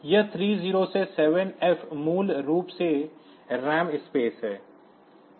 यह 30 से 7F मूल रूप से रैम स्पेस है